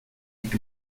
liegt